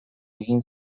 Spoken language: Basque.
egin